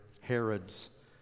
Herod's